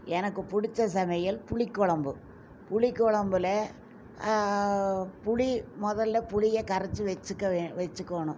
எனக்கு பிடிச்ச சமையல் புளிக்குழம்பு புளிக்குழம்புல புளி முதல்ல புளிய கரைச்சு வச்சுக்க வே வச்சுக்கோணும்